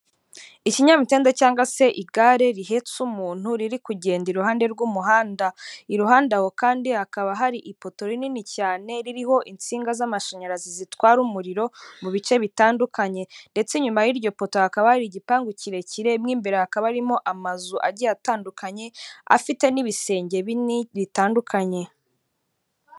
Ikinyamitende cyangwa se igare rihetse umuntu riri kugenda iruhande rw'umuhanda, iruhande aho kandi hakaba hari ipoto rinini cyane ririho insinga z'amashanyarazi zitwara umuriro mu bice bitandukanye. Ndetse nyuma y'iryo poto hakaba ari igipangu kirekire, mo imbere hakaba arimo amazu agiye atandukanye afite n'ibisenge bine bitandukanye.